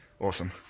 Awesome